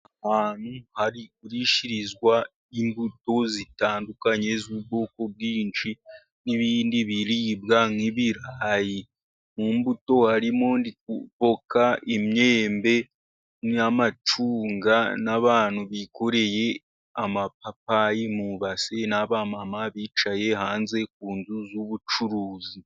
Ahantu hagurishirizwa imbuto zitandukanye z'ubwoko bwinshi, n'ibindi biribwa nk'ibirayi. Mu mbuto harimo ndi voka, imyembe, n'amacunga, n'abantu bikoreye amapapayi mubasi, n'aba mama bicaye hanze ku nzu z'ubucuruzi.